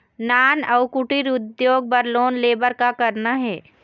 नान अउ कुटीर उद्योग बर लोन ले बर का करना हे?